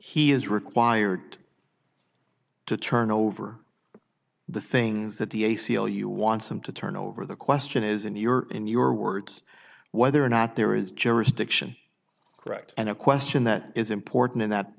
he is required to turn over the things that the a c l u wants him to turn over the question is in your in your words whether or not there is jurisdiction correct and a question that is important in that